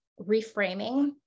reframing